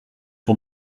son